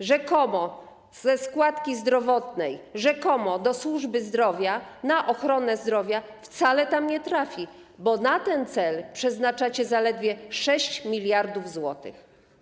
rzekomo ze składki zdrowotnej, rzekomo do służby zdrowia na ochronę zdrowia, wcale tam nie trafi, bo na ten cel przeznaczacie zaledwie 6 mld zł.